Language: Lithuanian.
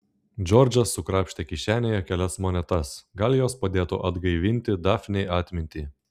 džordžas sukrapštė kišenėje kelias monetas gal jos padėtų atgaivinti dafnei atmintį